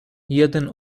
jeden